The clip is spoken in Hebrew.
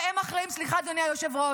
והם אחראים, סליחה, אדוני היושב-ראש,